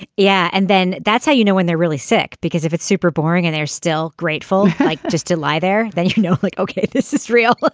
yeah. and then that's how you know when they're really sick. because if it's super boring and they're still grateful like just to lie there then you know like ok it's a thrill